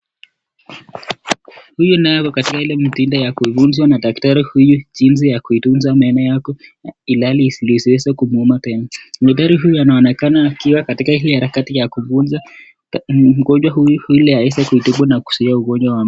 Huyu naye ako katika ile mtinda ya kufunzwa na daktari huyu jinsi ya kuitunza meno yake. Ilali isiliweze kumuuma tena. Ni dharuri huyu anaonekana akiwa katika ile harakati ya kufunza. Mgonjwa huyu aweze kuitibu na kusiya ugonjwa.